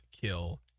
kill